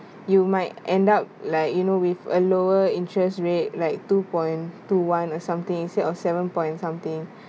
you might end up like you know with a lower interest rate like two point two one or something instead of seven point something